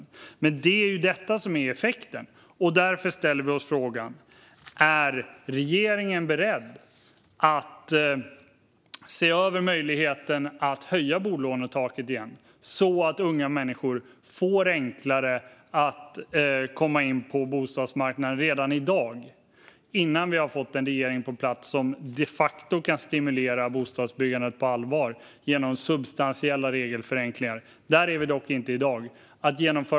Detta blir dock effekten. Därför ställer vi oss frågan: Är regeringen beredd att se över möjligheten att höja bolånetaket igen så att unga människor får det enklare att komma in på bostadsmarknaden, redan i dag, innan vi har fått en regering på plats som de facto kan stimulera bostadsbyggandet på allvar genom substantiella regelförenklingar? Där är vi dock inte i dag.